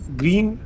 green